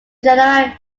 genera